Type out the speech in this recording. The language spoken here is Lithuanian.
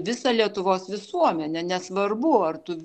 visą lietuvos visuomenę nesvarbu ar tu